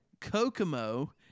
Kokomo